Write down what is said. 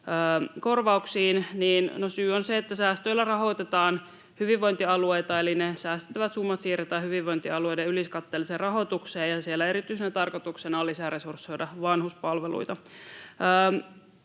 korvauksiin. No syy on se, että säästöillä rahoitetaan hyvinvointialueita, eli ne säästettävät summat siirretään hyvinvointialueiden yleiskatteelliseen rahoitukseen, ja siellä erityisenä tarkoituksena on lisäresursoida vanhuspalveluita.